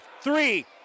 three